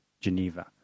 Geneva